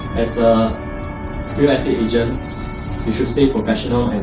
as a real estate agent, you should stay professional